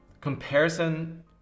comparison